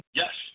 yes